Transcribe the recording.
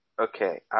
Okay